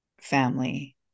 family